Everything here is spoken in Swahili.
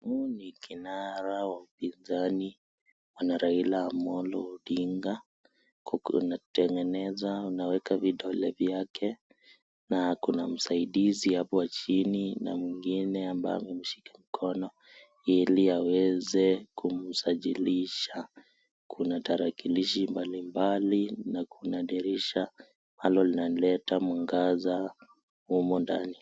Huyu ni kinara wa upinzani Bwana Raila Amolo Odinga huku natengeneza unaeka vidole vyake na kuna msaidizi hapo chini na mwingine ambaye amemshika mkono ili aweze kumsajilisha , kuna tarakilishi mbalimbali na kuna dirisha ambalo linaleta mwangaza humu ndani.